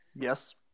Yes